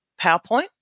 PowerPoint